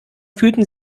fühlten